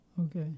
Okay